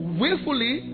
willfully